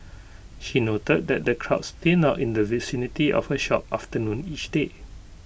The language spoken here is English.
she noted that the crowds thin out in the vicinity of her shop afternoon each day